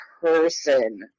person